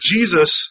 Jesus